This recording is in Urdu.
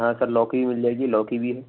ہاں سر لوکی بھی مل جائے گی لوکی بھی ہے